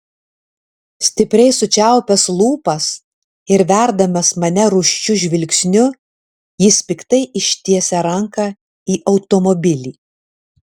stipriai sučiaupęs lūpas ir verdamas mane rūsčiu žvilgsniu jis piktai ištiesia ranką į automobilį